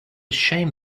shame